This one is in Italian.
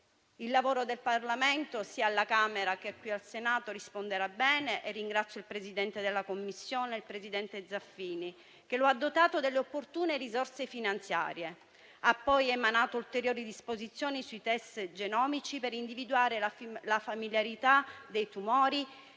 Il lavoro del Parlamento, sia alla Camera sia qui al Senato, risponderà bene e ringrazio il presidente della Commissione, senatore Zaffini, che lo ha dotato delle opportune risorse finanziarie. Ha poi emanato ulteriori disposizioni sui test genomici, per individuare la familiarità dei tumori,